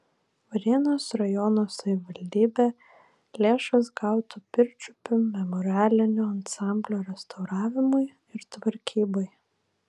varėnos rajono savivaldybė lėšas gautų pirčiupių memorialinio ansamblio restauravimui ir tvarkybai